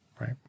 Right